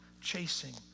chasing